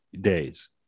days